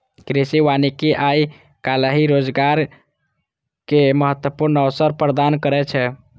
कृषि वानिकी आइ काल्हि रोजगारक महत्वपूर्ण अवसर प्रदान करै छै